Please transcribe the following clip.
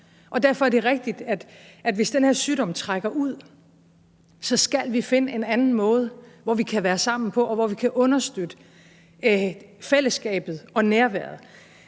og derfor er det rigtigt, at hvis den her sygdom trækker ud, skal vi finde en anden måde, vi kan være sammen på, og hvor vi kan understøtte fællesskabet og nærværet.